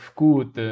good